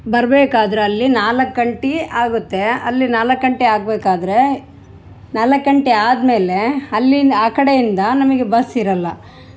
ಬರ್ಬೇಕಾದ್ರೆ ಅಲ್ಲಿ ನಾಲ್ಕು ಗಂಟೆ ಆಗುತ್ತೆ ಅಲ್ಲಿ ನಾಲ್ಕು ಗಂಟೆ ಆಗಬೇಕಾದ್ರೆ ನಾಲ್ಕು ಗಂಟೆ ಆದ ಮೇಲೆ ಅಲ್ಲಿನ ಆ ಕಡೆಯಿಂದ ನಮಗೆ ಬಸ್ ಇರೋಲ್ಲ